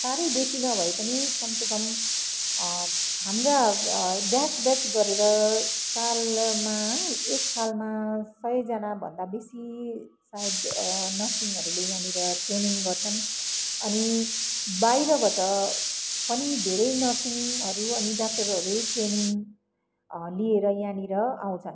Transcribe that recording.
साह्रै बेसी नभए पनि कमसेकम हाम्रा ब्याच ब्याच गरेर सालमा एक सालमा सयजना भन्दा बेसी सायद नर्सिङहरूले यहाँनिर ट्रेनिङ गर्छन् अनि बाहिरबाट पनि धेरै नर्सिङहरू अनि डाक्टरहरू ट्रेनिङ लिएर यहाँनिर आउँछन्